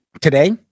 Today